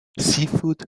seafood